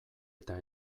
eta